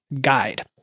Guide